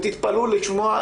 תתפלאו לשמוע,